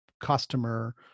customer